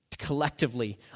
collectively